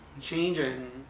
changing